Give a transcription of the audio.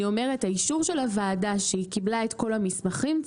אישור הוועדה שהיא קיבלה את כל המסמכים,